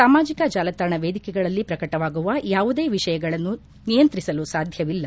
ಸಾಮಾಜಕ ಜಾಲತಾಣ ವೇದಿಕೆಗಳಲ್ಲಿ ಪ್ರಕಟವಾಗುವ ಯಾವುದೇ ವಿಷಯಗಳನ್ನು ನಿಯಂತ್ರಿಸಲು ಸಾಧ್ಯವಿಲ್ಲ